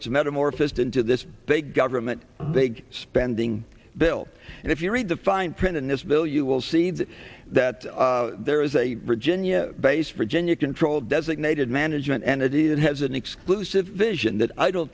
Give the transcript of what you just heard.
it's metamorphosed into this they government spending bill and if you read the fine print in this bill you will see that that there is a virginia based virginia control designated management entity that has an exclusive vision that i don't